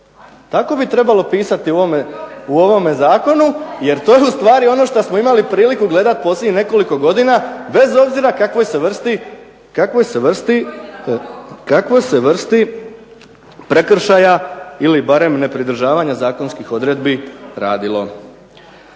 Tako bi trebalo pisati u ovome zakonu, jer to su stvari ono šta smo imali priliku gledati posljednjih nekoliko godina, bez obzira o kakvoj se vrsti prekršaja ili barem nepridržavanja zakonskih odredbi radilo.